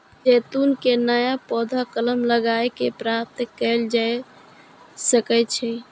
जैतून के नया पौधा कलम लगाए कें प्राप्त कैल जा सकै छै